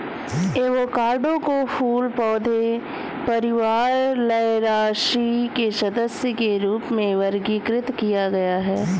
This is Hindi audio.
एवोकाडो को फूल पौधे परिवार लौरासी के सदस्य के रूप में वर्गीकृत किया गया है